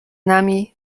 nami